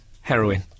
Heroin